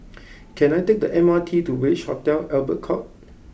can I take the M R T to Village Hotel Albert Court